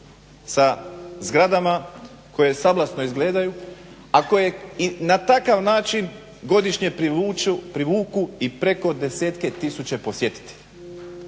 sa zgradama koje sablasno izgledaju, a koje i na takav način godišnje privuku i preko desetke tisuća posjetitelja.